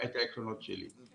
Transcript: העקרונות שלי.